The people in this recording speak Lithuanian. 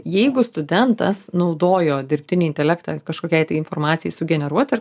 jeigu studentas naudojo dirbtinį intelektą kažkokiai tai informacijai sugeneruoti ar